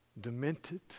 Demented